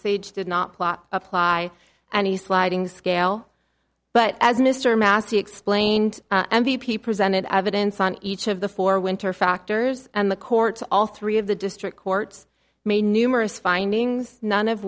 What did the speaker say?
sage did not plot apply any sliding scale but as mr massey explained and b p presented evidence on each of the four winter factors and the courts all three of the district courts made numerous findings none of